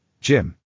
Jim